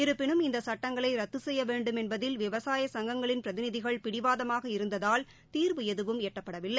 இருப்பினும் இந்த சுட்டங்களை ரத்து செய்ய வேண்டும் என்பதில் விவசாய சங்கங்களின் பிரதிநிதிகள் பிடிவாதமாக இருந்ததால் தீர்வு எதுவும் எட்டப்படவில்லை